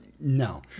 No